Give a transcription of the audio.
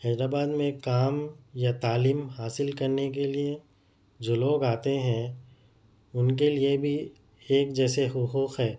حیدر آباد میں کام یا تعلیم حاصل کرنے کے لئے جو لوگ آتے ہیں ان کے لئے بھی ایک جیسے حقوق ہے